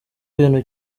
ibintu